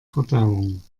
verdauung